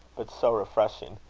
but so refreshing.